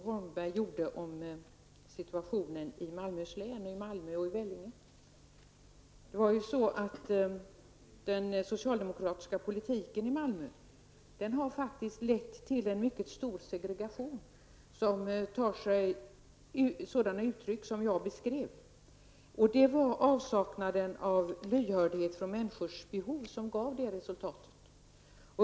Herr talman! Bara några ord om den beskrivning som Bo Holmberg gjorde av situationen i Den socialdemokratiska politiken i Malmö har faktiskt lett till en mycket stor segregation, som tar sig sådana uttryck som jag beskrev. Det var avsaknaden av lyhördhet för människors behov som gav det resultatet.